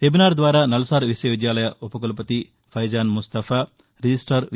webinar ద్వారా నల్సార్ విశ్వవిద్యాలయం ఉపకులపతి ఫైజాన్ ముస్తాఫా రిజిస్టార్ వి